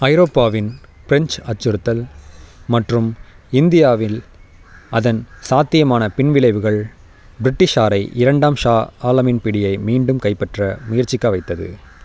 ஐரோப்பாவின் ப்ரெஞ்ச் அச்சுறுத்தல் மற்றும் இந்தியாவில் அதன் சாத்தியமான பின்விளைவுகள் ப்ரிட்டிஷாரை இரண்டாம் ஷா ஆலமின் பிடியை மீண்டும் கைப்பற்ற முயற்சிக்க வைத்தது